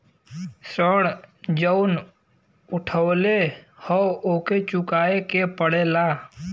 ऋण जउन उठउले हौ ओके चुकाए के पड़ेला